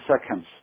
seconds